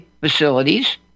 facilities